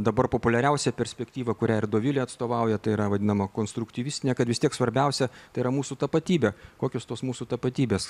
dabar populiariausia perspektyva kurią ir dovilė atstovauja tai yra vadinama konstruktyvistinė kad vis tiek svarbiausia tai yra mūsų tapatybė kokios tos mūsų tapatybės